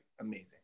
amazing